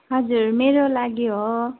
हजुर मेरो लागि हो